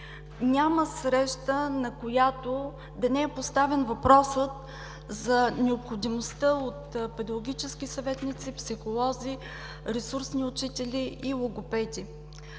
Няма среща, на която да не е поставен въпросът за необходимостта от педагогически съветници, психолози, ресурсни учители и логопеди.